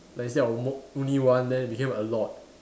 like instead of mo~ only one then it became a lot